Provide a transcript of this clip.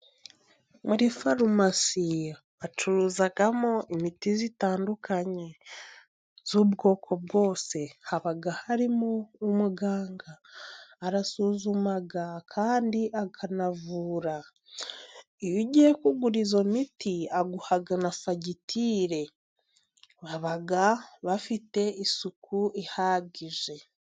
Muri farumasi bacuruzamo imiti itandukanye y'ubwoko bwose, haba harimo umuganga arasuzuma kandi akanavura, iyo ugiye kugura iyo miti aguha na fagitire. Baba bafite isuku ihagije.